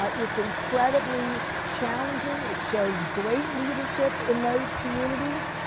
ah it's incredibly challenging. it shows great leadership in those communities.